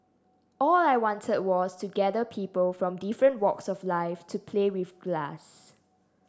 all I want was to gather people from different walks of life to play with glass